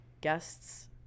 guests